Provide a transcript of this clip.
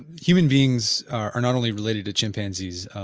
human beings are not only related to chimpanzees,